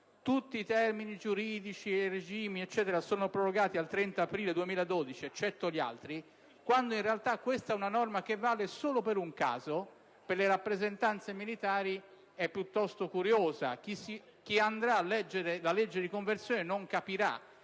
tutti «i termini e i regimi giuridici», eccetera, sono prorogati al 30 aprile 2012, eccetto gli altri, quando in realtà questa è una norma che vale solo per un caso, per le rappresentanze militari, è cosa piuttosto curiosa. Chi andrà a leggere la legge di conversione non capirà